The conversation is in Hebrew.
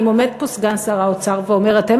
אם עומד פה סגן שר האוצר ואומר: אתם